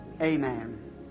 amen